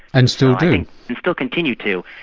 and still do. and still continue to.